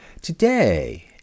Today